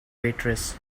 waitress